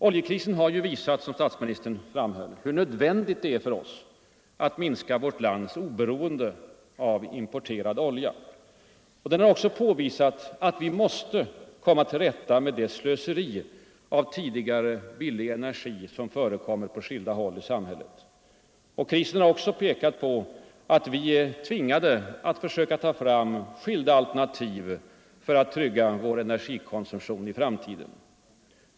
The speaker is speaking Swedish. Oljekrisen har, som statsministern framhöll, visat hur nödvändigt det är för oss att minska vårt lands stora beroende av importerad olja. Den har också påvisat att vi måste komma till rätta med det slöseri av tidigare billig energi som förekommer på skilda håll i samhället. Krisen har också pekat på att vi är tvingade att försöka ta fram skilda alternativ för att trygga vår energikonsumtion i framtiden.